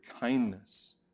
kindness